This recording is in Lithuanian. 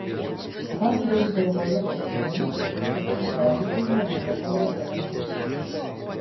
ką turėjai galvoje sakydamas kad ikšiolei tai nebuvo toleruojama